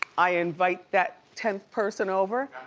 i invite that tenth person over.